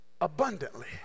abundantly